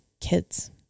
kids